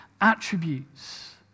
attributes